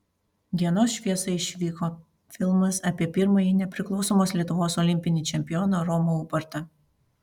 dienos šviesą išvyko filmas apie pirmąjį nepriklausomos lietuvos olimpinį čempioną romą ubartą